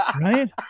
Right